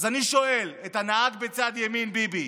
אז אני שואל את הנהג בצד ימין, ביבי,